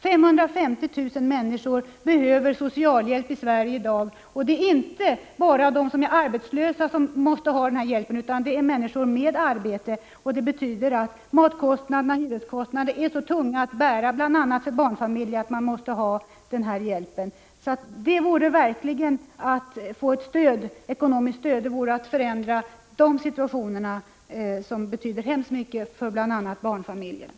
550 000 människor behöver socialhjälp i Sverige i dag, och det är inte bara de som är arbetslösa som måste ha den här hjälpen utan också människor med arbete. De dyra matoch hyreskostnaderna är så tunga att bära bl.a. för barnfamiljerna att de måste ha denna hjälp. Att ge ekonomiskt stöd för att förändra den situationen skulle betyda hemskt mycket för bl.a. barnfamiljerna.